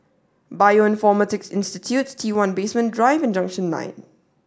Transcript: Bioinformatics Institute T one Basement Drive and Junction nine